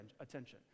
attention